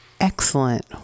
Excellent